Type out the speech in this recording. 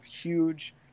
huge